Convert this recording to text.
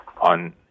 on